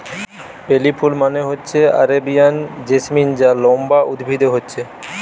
বেলি ফুল মানে হচ্ছে আরেবিয়ান জেসমিন যা লম্বা উদ্ভিদে হচ্ছে